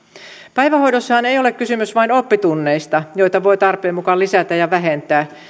päivähoidossahan ei ole kysymys vain oppitunneista joita voi tarpeen mukaan lisätä ja vähentää